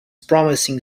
promising